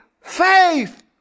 faith